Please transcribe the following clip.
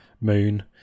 moon